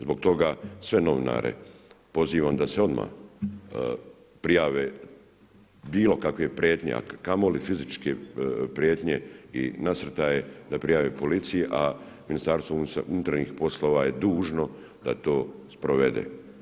Zbog toga sve novinare pozivam da se odmah prijave bilo kakve prijetnje a kamoli fizičke prijetnje i nasrtaje da prijave policiji, a Ministarstvo unutarnjih poslova je dužno da to sprovede.